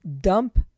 Dump